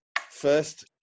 First